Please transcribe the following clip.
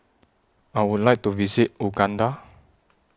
I Would like to visit Uganda